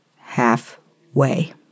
halfway